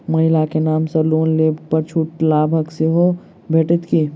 महिला केँ नाम सँ लोन लेबऽ पर छुटक लाभ सेहो भेटत की?